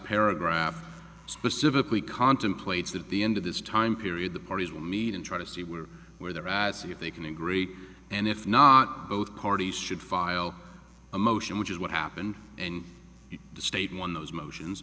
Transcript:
paragraph specifically contemplates that the end of this time period the parties will meet and try to see where whereas if they can agree and if not both parties should file a motion which is what happened in the state when those motions